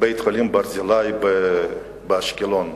בית-החולים "ברזילי" באשקלון.